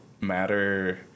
matter